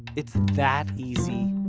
it's that easy,